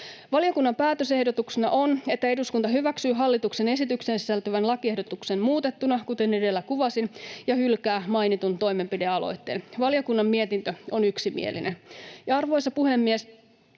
Valiokunnan päätösehdotuksena on, että eduskunta hyväksyy hallituksen esitykseen sisältyvän lakiehdotuksen muutettuna, kuten edellä kuvasin, ja hylkää mainitun toimenpidealoitteen. Valiokunnan mietintö on yksimielinen. Arvoisa puhemies!